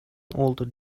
older